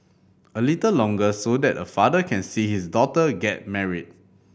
a little longer so that a father can see his daughter get married